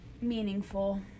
meaningful